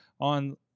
on